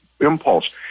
impulse